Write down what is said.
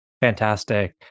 Fantastic